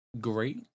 great